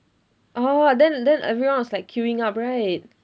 orh then then everyone was like queueing up right